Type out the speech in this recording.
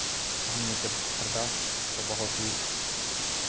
हमने जब खरीदा तो बहुत ही